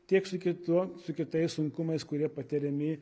tiek su kitu su kitais sunkumais kurie patiriami